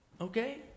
okay